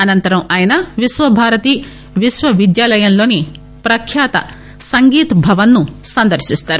అనంతరంఆయన విశ్వభారతి విశ్వవిద్యాలయంలోని ప్రఖ్యాత సంగీత్ భవన్ను సందర్శిస్తారు